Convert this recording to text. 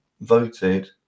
voted